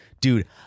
dude